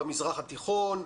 במזרח התיכון,